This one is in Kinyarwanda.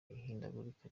ihindagurika